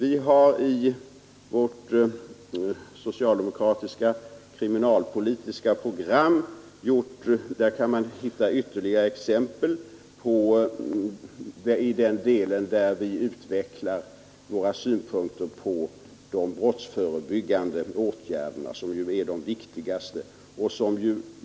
I vårt socialdemokratiska kriminalpolitiska program kan man hitta ytterligare exempel i den del där vi utvecklar våra synpunkter på de brottsförebyggande åtgärderna, som ju är de viktigaste.